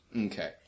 Okay